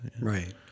right